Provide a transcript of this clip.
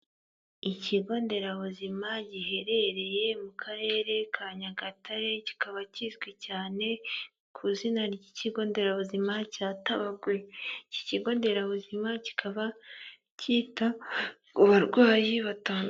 Ikigo nderabuzima giherereye mu karere ka Nyagatare, kikaba kizwi cyane ku izina ry'ikigo nderabuzima cya Tabagwe, iki kigo nderabuzima kikaba kita ku barwayi batandu...